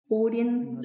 audience